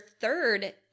third